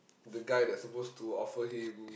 the guy that supposed to offer him